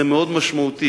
זה מאוד משמעותי.